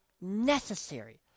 necessary